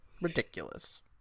Ridiculous